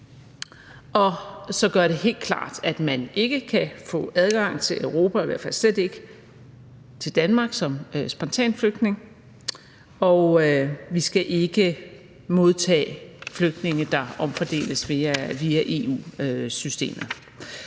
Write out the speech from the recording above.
og i hvert fald slet ikke til Danmark som spontanflygtning. Og vi skal ikke modtage flygtninge, der omfordeles via EU-systemet.